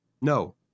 No